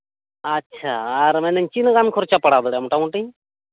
ᱟᱪᱪᱷᱟ ᱟᱨ ᱢᱮᱱᱫᱟᱹᱧ ᱪᱮᱫᱞᱮᱠᱟ ᱠᱷᱚᱨᱪᱟ ᱯᱟᱲᱟᱣ ᱫᱟᱲᱤᱭᱟᱜ ᱟ ᱢᱚᱴᱟᱢᱩᱴᱤ